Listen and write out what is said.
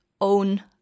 own